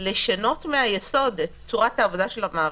לשנות מהיסוד את צורת העבודה של המערכת,